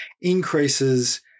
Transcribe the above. increases